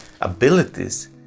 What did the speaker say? abilities